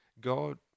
God